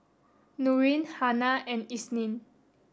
Nurin Hana and Isnin